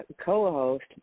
Co-host